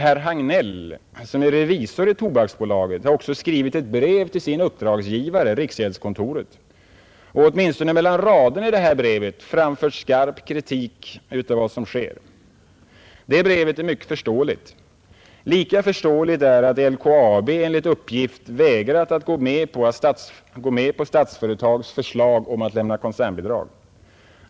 Herr Hagnell, som är revisor i Tobaksbolaget, har också skrivit ett brev till sin uppdragsgivare, riksgäldskontoret, och åtminstone mellan raderna i det brevet framfört skarp kritik mot vad som sker. Detta brev är mycket förståeligt. Lika förståeligt är att LKAB enligt uppgift har vägrat att gå med på Statsföretags förslag om att lämna koncernbidrag.